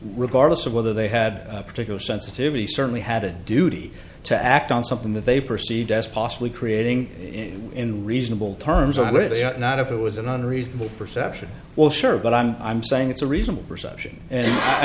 regardless of whether they had a particular sensitivity certainly had a duty to act on something that they perceived as possibly creating in in reasonable terms or where they are not if it was an unreasonable perception well sure but i'm i'm saying it's a reasonable perception and i